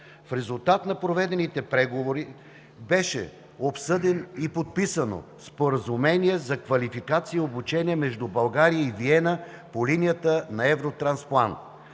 В резултат на проведените преговори беше обсъдено и подписано Споразумение за квалификация и обучение между България и Виена по линията на Евротрансплант.